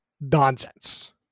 nonsense